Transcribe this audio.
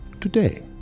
today